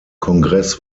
kongress